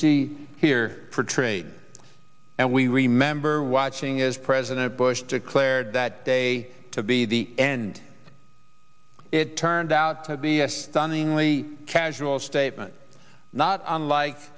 see here for trade and we remember watching as president bush declared that day to be the end it turned out to be a stunningly casual statement not unlike